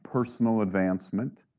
personal advancement.